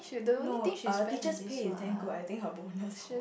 no err teacher's pay is damn good I think her bonus or what